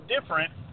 different